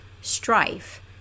strife